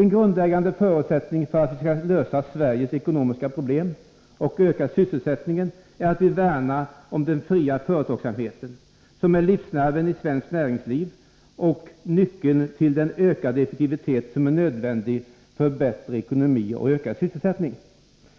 En grundläggande förutsättning för att vi skall kunna lösa Sveriges ekonomiska problem och öka sysselsättningen är att vi värnar om den fria företagsamheten, som är livsnerven i svenskt näringsliv och nyckeln till den ökade effektivitet som är nödvändig för bättre ekonomi och ökad sysselsättning.